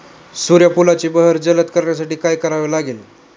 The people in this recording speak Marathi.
सूर्यफुलाची बहर जलद करण्यासाठी काय करावे लागेल?